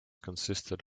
consisted